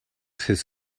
his